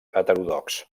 heterodox